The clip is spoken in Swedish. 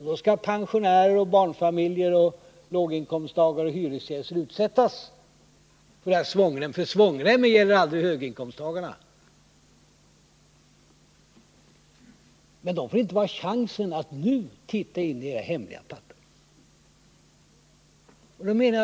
Då skall pensionärer, barnfamiljer, låginkomsttagare och hyresgäster utsättas för regeringens svångrem. Svångremmen drabbar ju aldrig höginkomsttagarna. De grupper som kommer att drabbas får dock inte chansen att nu titta in i era hemliga papper.